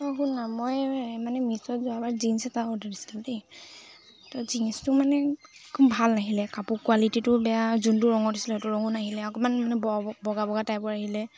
অঁ শুননা মই মানে মিছ'ত যোৱাবাৰ জীন্স এটা অৰ্ডাৰ দিছিলোঁ দেই ত' জীন্চটো মানে ভাল নাহিলে কাপোৰ কোৱালিটিটো বেয়া যোনটো ৰঙৰ দিছিলো সেইটো ৰঙৰো নাহিলে অকণমান মানে ব বগা বগা টাইপৰ আহিলে